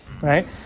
right